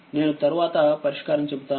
నేనుతర్వాతపరిష్కారం చెబుతాను